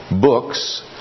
books